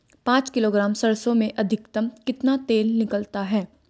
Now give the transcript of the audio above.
पाँच किलोग्राम सरसों में अधिकतम कितना तेल निकलता है?